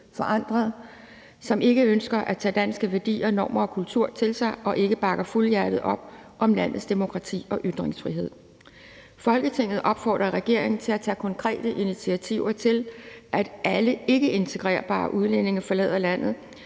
forandret, som ikke ønsker at tage danske værdier, normer og kultur til sig, og ikke bakker fuldhjertet op om landets demokrati og ytringsfrihed. Folketinget opfordrer regeringen til at tage konkrete initiativer til, at alle ikkeintegrerbare udlændinge forlader landet,